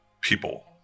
people